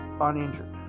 uninjured